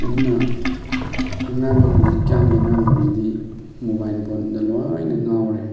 ꯑꯗꯨꯅ ꯑꯉꯥꯡ ꯍꯨꯖꯤꯛꯀꯥꯟꯒꯤ ꯑꯉꯥꯡꯁꯤꯡꯁꯤꯗꯤ ꯃꯣꯕꯥꯏꯜ ꯐꯣꯟꯗ ꯂꯣꯏꯅ ꯉꯥꯎꯔꯦ